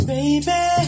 Baby